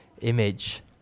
image